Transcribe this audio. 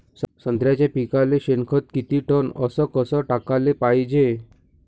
संत्र्याच्या पिकाले शेनखत किती टन अस कस टाकाले पायजे?